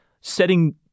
setting